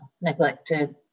neglected